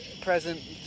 present